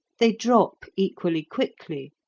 they drop equally quickly,